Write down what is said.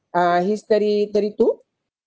uh he's thirty thirty two